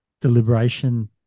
deliberation